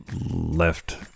left